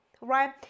right